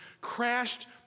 crashed